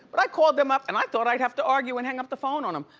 but i called them up and i thought i'd have to argue and hang up the phone on em.